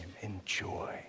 Enjoy